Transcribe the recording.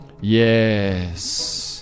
Yes